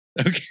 Okay